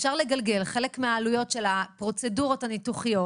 אפשר לגלגל חלק מהעלויות של הפרוצדורות הניתוחיות